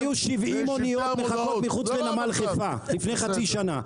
היו 70 מוניות מחוץ לנמל חיפה לפני חצי שנה.